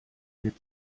wir